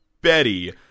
Betty